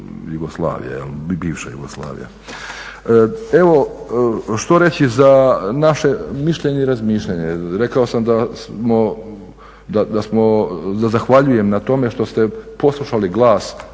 Jugoslavija, bivša Jugoslavija. Evo, što reći za naše mišljenje i razmišljanje? Rekao sam da smo, da zahvaljujem na tome što ste poslušali glas,